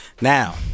now